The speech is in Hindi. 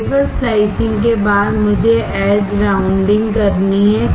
वेफर स्लाइसिंग के बाद मुझे एज राउंडिंग करनी है